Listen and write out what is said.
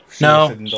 No